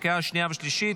לקריאה השנייה והשלישית.